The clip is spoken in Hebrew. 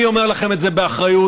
אני אומר לכם את זה באחריות,